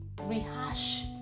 rehash